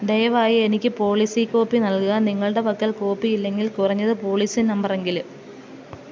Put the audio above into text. ദയവായി എനിക്ക് policy copy നൽകുക നിങ്ങളുടെ പക്കൽ കോപ്പി ഇല്ലെങ്കിൽ കുറഞ്ഞത് പോളിസി നമ്പർ എങ്കിലും